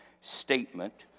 statement